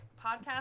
podcast